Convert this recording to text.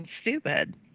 stupid